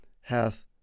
hath